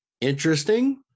Interesting